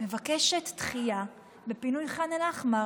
מבקשת דחייה לפינוי ח'אן אל-אחמר.